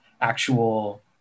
actual